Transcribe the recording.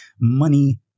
money